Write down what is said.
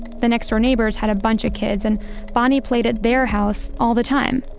the next door neighbors had a bunch of kids, and bonnie played at their house all the time.